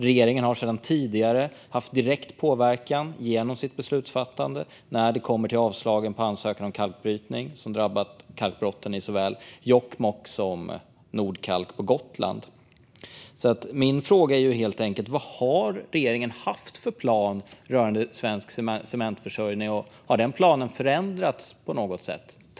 Regeringen har sedan tidigare haft direkt påverkan genom sitt beslutsfattande när det kommer till avslag på ansökan om kalkbrytning. Det har drabbat såväl kalkbrotten i Jokkmokk som Nordkalk på Gotland. Min fråga är helt enkelt: Vad har regeringen haft för plan rörande svensk cementförsörjning, och har den planen förändrats på något sätt?